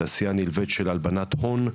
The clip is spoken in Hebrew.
ותעשייה נלווית של הלבנת הון.